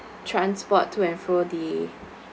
transport to and fro the